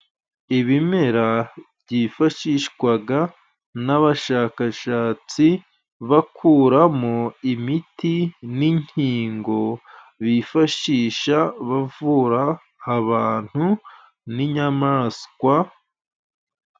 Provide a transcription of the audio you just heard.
Ibimera byifashishwaga n'abashakashatsi bakuramo imiti n'inkingo bifashisha bavura abantu n'inyamaswa...